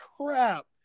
crap